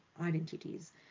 identities